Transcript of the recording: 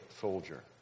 soldier